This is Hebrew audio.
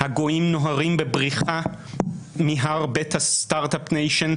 הגויים נוהרים בבריחה מהר בית הסטארט-אפ ניישן,